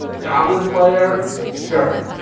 goblin slayer. sure,